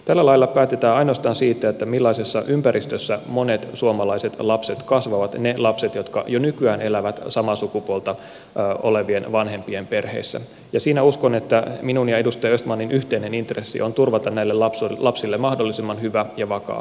tällä lailla päätetään ainoastaan siitä millaisessa ympäristössä monet suomalaiset lapset kasvavat ne lapset jotka jo nykyään elävät samaa sukupuolta olevien vanhempien perheissä ja siinä uskon minun ja edustaja östmanin yhteinen intressi on turvata näille lapsille mahdollisimman hyvä ja vakaa kasvuympäristö